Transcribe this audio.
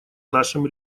нашем